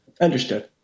Understood